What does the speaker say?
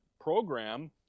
program